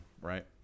Right